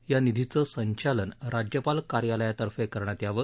या निधीचं संचालन राज्यपाल कार्यालयातर्फे करण्यात यावं